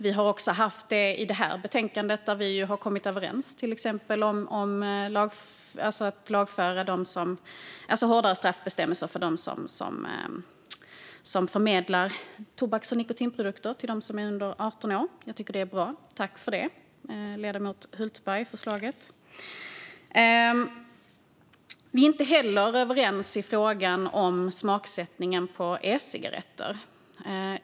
Vi har också haft det om det här betänkandet, där vi har kommit överens om till exempel hårdare straffbestämmelser för dem som förmedlar tobaks och nikotinprodukter till personer under 18 år. Jag tycker att förslaget är bra, så tack för det, ledamoten Hultberg! Vi är inte överens i frågan om smaksättning av e-cigaretter.